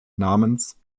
namens